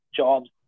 jobs